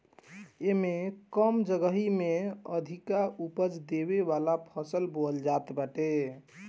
एमे कम जगही में अधिका उपज देवे वाला फसल बोअल जात बाटे